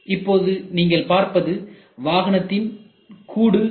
இப்பொழுது நீங்கள் பார்ப்பது வாகனத்தின் கூடுshell